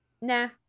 nah